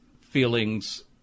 feelings